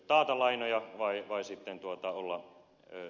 taata lainoja vai olla takaamatta